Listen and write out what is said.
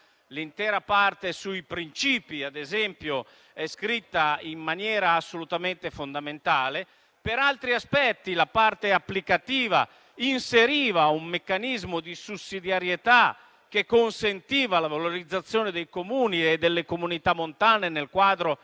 L'intera parte sui principi, ad esempio, è scritta in maniera assolutamente fondamentale. Per altri aspetti, la parte applicativa inseriva un meccanismo di sussidiarietà che consentiva la valorizzazione dei Comuni e delle comunità montane nel quadro